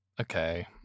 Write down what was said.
Okay